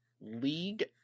League